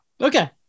Okay